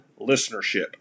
listenership